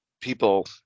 people